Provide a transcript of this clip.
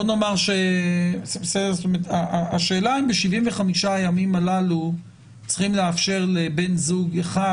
בוא נאמר שהשאלה אם ב-75 הימים האלה צריכים לאפשר לבן זוג אחד